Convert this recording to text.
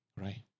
right